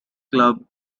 club